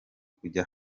kujya